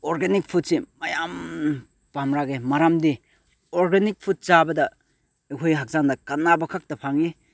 organic ꯐꯨꯠꯁꯦ ꯃꯌꯥꯝ ꯄꯥꯝꯂꯛꯑꯦ ꯃꯔꯝꯗꯤ ꯑꯣꯔꯒꯥꯅꯤꯛ ꯐꯨꯠ ꯆꯥꯕꯗ ꯑꯩꯈꯣꯏ ꯍꯛꯆꯥꯡꯗ ꯀꯥꯟꯅꯕ ꯈꯛꯇ ꯐꯪꯉꯤ